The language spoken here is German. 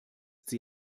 schon